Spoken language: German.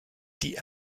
die